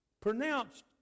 pronounced